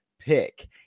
pick